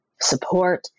support